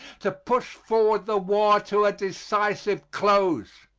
to push forward the war to a decisive close.